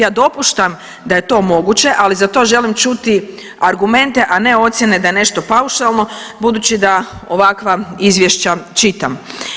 Ja dopuštam da je to moguće, ali za to želim čuti argumente, a ne ocjene da je nešto paušalno budući da ovakva izvješća čitam.